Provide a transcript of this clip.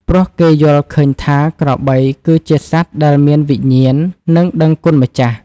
ព្រោះគេយល់ឃើញថា ក្របីគឺជាសត្វដែលមានវិញ្ញាណ និងដឹងគុណម្ចាស់។